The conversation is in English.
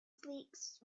flakes